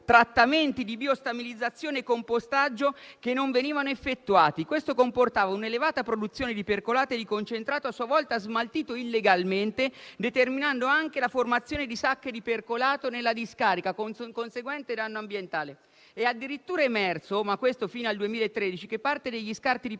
trattamenti di biostabilizzazione e compostaggio che non venivano effettuati. Questo comportava un'elevata produzione di percolato e di concentrato a sua volta smaltito illegalmente, determinando anche la formazione di sacche di percolato nella discarica, con conseguente danno ambientale. È addirittura emerso (ma questo fino al 2013) che parti degli scarti di